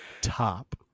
Top